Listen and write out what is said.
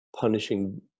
punishing